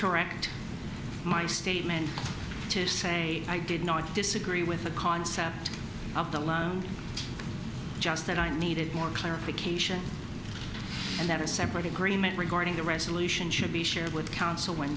correct my statement to say i did not disagree with the concept of the loan just that i needed more clarification and that a separate agreement regarding the resolution should be shared with counsel when